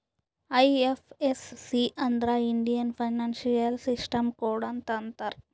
IFSC ಅಂದುರ್ Indian financial system code ಅಂತ್ ಅಂತಾರ್